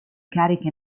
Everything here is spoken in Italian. cariche